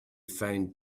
found